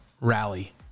rally